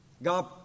God